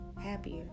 happier